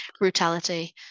brutality